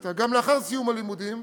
האוניברסיטה גם לאחר סיום הלימודים,